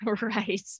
Right